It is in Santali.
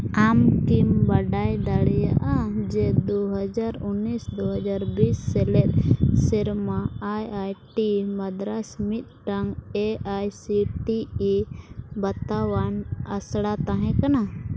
ᱟᱢ ᱠᱤᱢ ᱵᱟᱰᱟᱭ ᱫᱟᱲᱮᱭᱟᱜᱼᱟ ᱡᱮ ᱫᱩ ᱦᱟᱡᱟᱨ ᱩᱱᱤᱥ ᱫᱩ ᱦᱟᱡᱟᱨ ᱵᱤᱥ ᱥᱮᱞᱮᱫ ᱥᱮᱨᱢᱟ ᱟᱭ ᱟᱭ ᱴᱤ ᱢᱟᱫᱨᱟᱡᱽ ᱢᱤᱫᱴᱟᱝ A I C T E ᱵᱟᱛᱟᱣᱟᱱ ᱟᱥᱲᱟ ᱛᱟᱦᱮᱸ ᱠᱟᱱᱟ